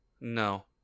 No